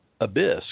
abyss